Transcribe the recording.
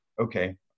okay